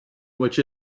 which